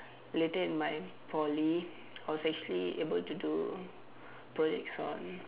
later in my Poly I was actually able to do projects on